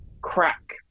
crack